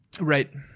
Right